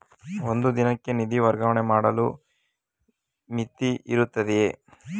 ಒಂದು ದಿನಕ್ಕೆ ನಿಧಿ ವರ್ಗಾವಣೆ ಮಾಡಲು ಮಿತಿಯಿರುತ್ತದೆಯೇ?